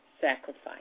sacrifice